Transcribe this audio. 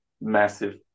massive